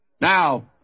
Now